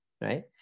right